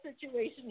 Situation